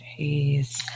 Jeez